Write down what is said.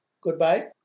goodbye